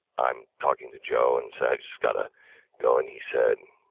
i'm talking to joe and said i just gotta go. and he said,